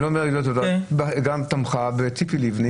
גם את זה הבנו.